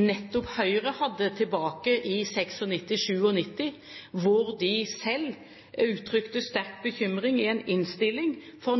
nettopp Høyre hadde tilbake i 1996–1997, hvor de selv uttrykte sterk bekymring i en innstilling for